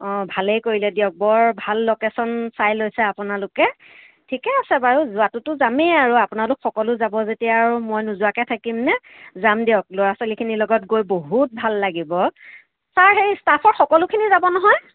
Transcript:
অঁ ভালেই কৰিলে দিয়ক বৰ ভাল লোকেশ্যন চাই লৈছে আপোনালোকে ঠিকে আছে বাৰু যোৱাটোতো যামেই আৰু আপোনালোক সকলো যাব যেতিয়া আৰু মই নোযোৱাকে থাকিম নে যাম দিয়ক ল'ৰা ছোৱালীখিনিৰ লগত গৈ বহুত ভাল লাগিব ছাৰ সেই ষ্টাফৰ সকলোখিনি যাব নহয়